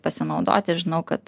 pasinaudoti žinau kad